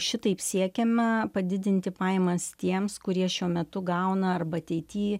šitaip siekiama padidinti pajamas tiems kurie šiuo metu gauna arba ateity